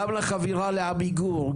גם לחבירה לעמיגור,